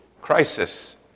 crisis